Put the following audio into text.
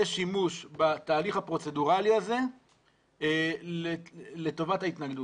שימוש בתהליך הפרוצדורלי הזה לטובת ההתנגדות.